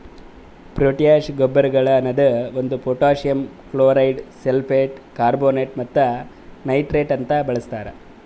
potash ಗೊಬ್ಬರಗೊಳ್ ಅನದು ಒಂದು ಪೊಟ್ಯಾಸಿಯಮ್ ಕ್ಲೋರೈಡ್, ಸಲ್ಫೇಟ್, ಕಾರ್ಬೋನೇಟ್ ಮತ್ತ ನೈಟ್ರೇಟ್ ಅಂತ ಬಳಸ್ತಾರ್